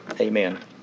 Amen